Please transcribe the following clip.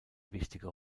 wichtige